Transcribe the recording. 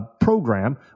program